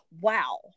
wow